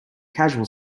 casual